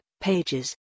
pages